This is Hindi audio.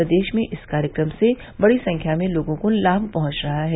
प्रदेश में इस कार्यक्रम से बड़ी संख्या में लोगों को लाभ पहुँच रहा है